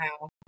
Wow